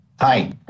Hi